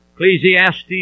Ecclesiastes